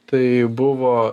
tai buvo